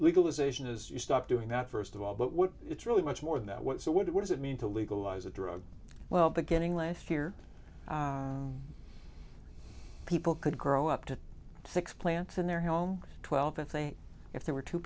legalization is you stop doing that first of all but what it's really much more than that what so what does it mean to legalize a drug well the getting left here people could grow up to six plants in their home twelve if they if they were two